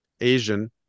Asian